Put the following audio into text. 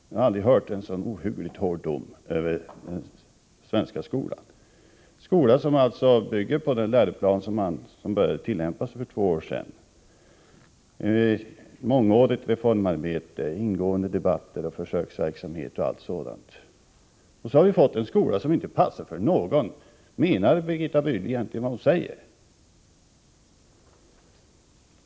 Jag har aldrig hört en så ohyggligt hård dom över den svenska skolan, en skola som bygger på den läroplan som började tillämpas för två år sedan. Efter mångårigt reformarbete, ingående debatt, försöksverksamhet och allt sådant har vi fått en skola som inte passar för någon! Menar Birgitta Rydle egentligen vad hon säger?